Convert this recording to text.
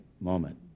moment